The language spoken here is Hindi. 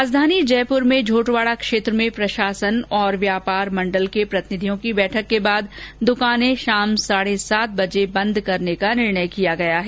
राजधानी जयपुर में झोटवाड़ा क्षेत्र में प्रशासन और व्यापार मंडल के प्रतिनिधियों की बैठक के बाद दुकाने शाम साढे सात बर्ज बंद करने का निर्णय किया गया है